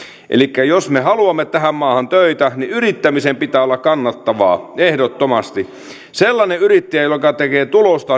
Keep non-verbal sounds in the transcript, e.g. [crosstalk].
elikkä jos me haluamme tähän maahan töitä niin yrittämisen pitää olla kannattavaa ehdottomasti sellainen yrittäjä joka tekee tulosta [unintelligible]